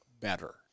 better